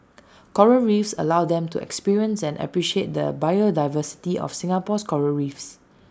Coral reefs allows them to experience and appreciate the biodiversity of Singapore's Coral reefs